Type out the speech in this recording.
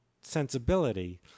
sensibility